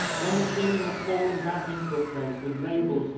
then the feeling of falling back into a place with labels,